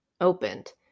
opened